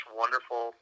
wonderful